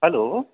hello